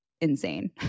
insane